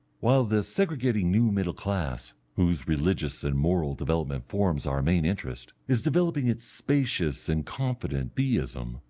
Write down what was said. while the segregating new middle class, whose religious and moral development forms our main interest, is developing its spacious and confident theism,